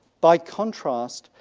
by contrast,